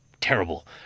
terrible